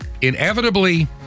Inevitably